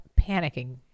panicking